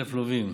מ-820,000 לווים.